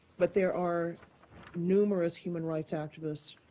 but there are numerous human rights activists,